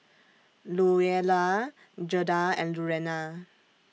Louella Gerda and Lurana